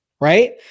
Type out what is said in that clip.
right